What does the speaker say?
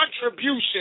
contribution